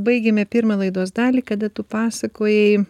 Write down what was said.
baigėme pirmą laidos dalį kada tu pasakojai